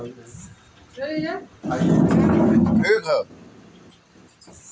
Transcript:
आय योजना स्वैच्छिक प्रकटीकरण में अपनी प्रकट आय पअ कर देहल जात बाटे